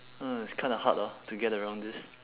uh it's kinda hard ah to get around this